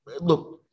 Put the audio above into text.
look